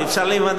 איזה פרשן?